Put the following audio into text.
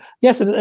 yes